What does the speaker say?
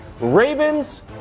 Ravens